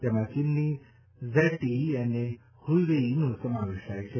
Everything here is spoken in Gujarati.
તેમાં ચીનની ઝેડટીઇ અને હ્યુવૈઇનો સમાવેશ થાય છે